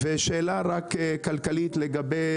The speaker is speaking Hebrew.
שאלה כלכלית - לגבי